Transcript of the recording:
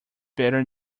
better